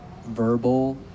verbal